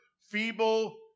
feeble